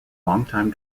longtime